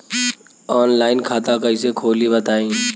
Online खाता कइसे खोली बताई?